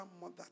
mother